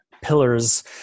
pillars